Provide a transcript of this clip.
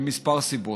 מכמה סיבות.